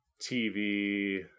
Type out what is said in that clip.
TV